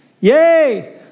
Yay